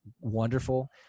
wonderful